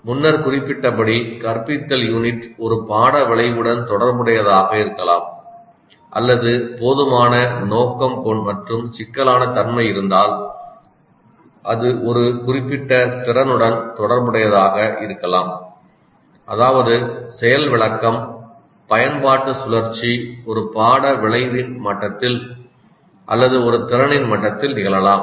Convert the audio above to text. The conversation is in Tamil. முன்னர் குறிப்பிட்டபடி கற்பித்தல் யூனிட் ஒரு பாட விளைவுடன் தொடர்புடையதாக இருக்கலாம் அல்லது போதுமான நோக்கம் மற்றும் சிக்கலான தன்மை இருந்தால் அது ஒரு குறிப்பிட்ட திறனுடன் தொடர்புடையதாக இருக்கலாம் அதாவது செயல் விளக்கம் பயன்பாட்டு சுழற்சி ஒரு பாட விளைவின் மட்டத்தில் அல்லது ஒரு திறனின் மட்டத்தில் நிகழலாம்